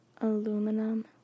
aluminum